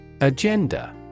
Agenda